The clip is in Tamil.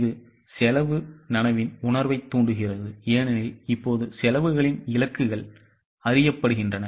இது செலவு நனவின் உணர்வைத் தூண்டுகிறது ஏனெனில் இப்போது செலவுகளின் இலக்குகள் அறியப்படுகின்றன